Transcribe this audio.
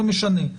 לא משנה.